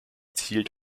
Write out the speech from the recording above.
zielt